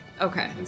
Okay